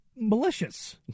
malicious